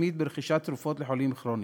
עצמית ברכישת תרופות לחולים כרוניים.